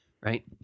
right